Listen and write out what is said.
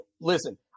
listen